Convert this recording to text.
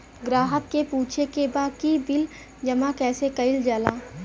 ग्राहक के पूछे के बा की बिल जमा कैसे कईल जाला?